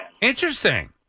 Interesting